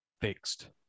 fixed